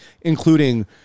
including